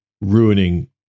ruining